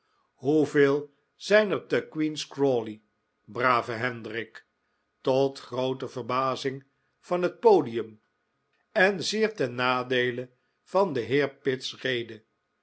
hoeveel zijn er te queen's crawley brave hendrik tot groote verbazing van het podium en zeer ten nadeele van den heer pitt's rede